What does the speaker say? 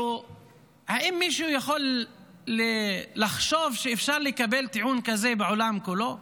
האם מישהו יכול לחשוב שאפשר לקבל טיעון כזה בעולם כולו?